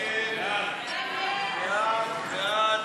ההצעה